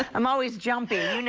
i'm always jumpy.